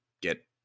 get